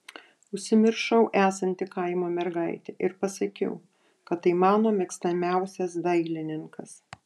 užsimiršau esanti kaimo mergaitė ir pasakiau kad tai mano mėgstamiausias dailininkas